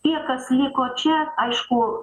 tie kas liko čia aišku